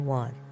one